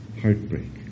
heartbreak